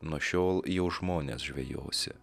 nuo šiol jau žmones žvejosi